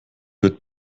wird